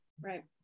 Right